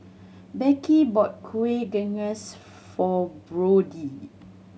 Becky bought kuih for Brody